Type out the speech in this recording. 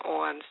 on